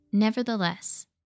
Nevertheless